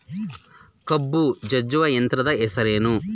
ಕಬ್ಬು ಜಜ್ಜುವ ಯಂತ್ರದ ಹೆಸರೇನು?